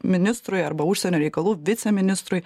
ministrui arba užsienio reikalų viceministrui